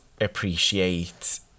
appreciate